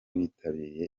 bitabiriye